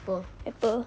apple